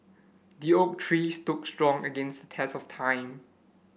the oak tree stood strong against test of time